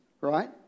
right